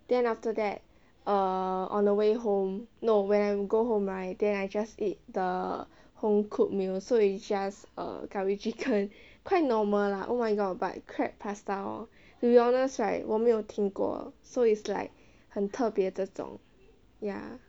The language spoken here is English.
then after that err on the way home no when I go home right then I just ate the home cooked meal so it's just err curry chicken quite normal lah oh my god but crab pasta hor to be honest right 我没有听过 so it's like 很特别这种 ya